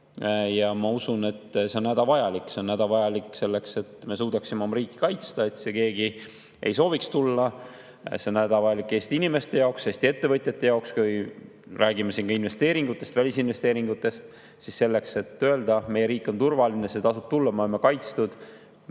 ja ma usun, et see on hädavajalik. See on hädavajalik selleks, et me suudaks oma riiki kaitsta, et keegi ei sooviks [meid rünnata]. See on hädavajalik Eesti inimeste jaoks, Eesti ettevõtjate jaoks. Kui räägime investeeringutest, välisinvesteeringutest, siis selleks, et öelda, meie riik on turvaline, siia tasub tulla, me peame olema kaitstud,